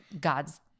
God's